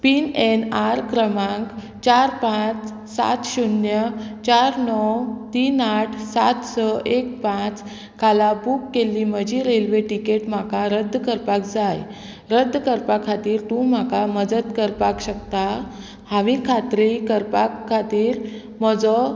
P N R क्रमांक चार पांच सात शुन्य चार णव तीन आठ सात स एक पांच खाला बूक केल्ली म्हजी रेल्वे तिकेट म्हाका रद्द करपाक जाय रद्द करपा खातीर तूं म्हाका मदत करपाक शकता हांवें खात्री करपा खातीर म्हजो